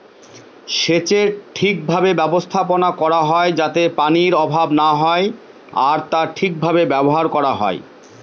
সেচের ঠিক ভাবে ব্যবস্থাপনা করা হয় যাতে পানির অভাব না হয় আর তা ঠিক ভাবে ব্যবহার করা হয়